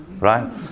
Right